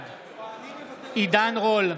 בעד עידן רול,